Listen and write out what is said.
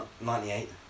ninety-eight